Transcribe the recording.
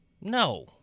No